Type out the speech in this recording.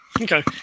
Okay